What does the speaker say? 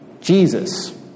Jesus